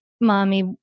mommy